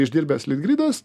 išdirbęs litgridas